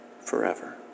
forever